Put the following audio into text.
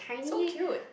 so cute